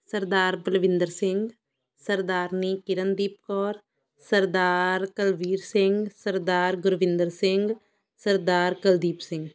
Sardar Balwinder Singh Sardarni Kirandeep Kaur Sardar Kulbir Singh Sardar Gurvinder Singh Sardar Kuldeep Singh